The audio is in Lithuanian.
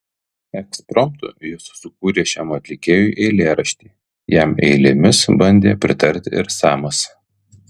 ekspromtu jis sukūrė šiam atlikėjui eilėraštį jam eilėmis bandė pritarti ir samas